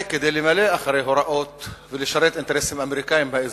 כדי למלא אחר הוראות ולשרת אינטרסים אמריקניים באזור.